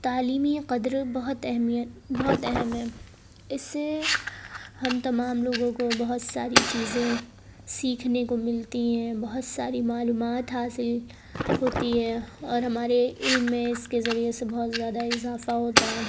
تعلیمی قدر بہت اہمیت بہت اہم ہے اس سے ہم تمام لوگوں کو بہت ساری چیزیں سیکھنے کو ملتی ہیں بہت ساری معلومات حاصل ہوتی ہے اور ہمارے علم میں اس کے ذریعے سے بہت زیادہ اضافہ ہوتا ہے